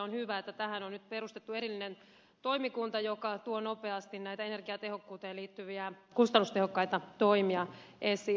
on hyvä että tähän on nyt perustettu erillinen toimikunta joka tuo nopeasti näitä energiatehokkuuteen liittyviä kustannustehokkaita toimia esiin